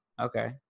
Okay